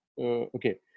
Okay